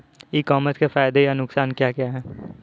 ई commerce के फायदे या नुकसान क्या क्या हैं?